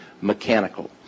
mechanical